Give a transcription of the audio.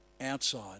outside